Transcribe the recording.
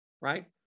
right